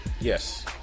Yes